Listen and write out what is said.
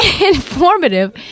informative